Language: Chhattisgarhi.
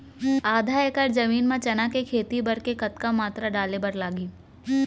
आधा एकड़ जमीन मा चना के खेती बर के कतका मात्रा डाले बर लागही?